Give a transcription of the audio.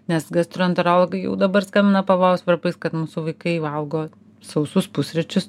nes gastroenterologai jau dabar skambina pavojaus varpais kad mūsų vaikai valgo sausus pusryčius